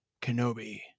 Kenobi